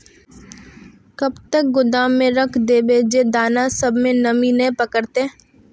कब तक गोदाम में रख देबे जे दाना सब में नमी नय पकड़ते?